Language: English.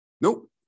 Nope